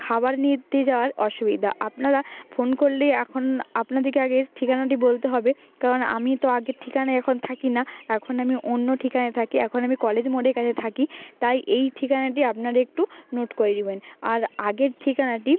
খাবার নিতে যাওয়ার অসুবিধা আপনারা ফোন করলে এখন আপনাদেরকে আগে ঠিকানাটি বলতে হবে কারণ আমি তো আগের ঠিকানায় এখন থাকি না এখন আমি অন্য ঠিকানায় থাকি এখন আমি কলেজ মোড়ের কাছে থাকি তাই এই ঠিকানাটি আপনারা একটু নোট করে নেবেন আর আগের ঠিকানাটি